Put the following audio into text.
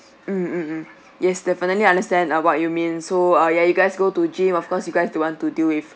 mm mm mm yes definitely I understand uh what you mean so uh ya you guys go to gym of course you guys don't want to deal with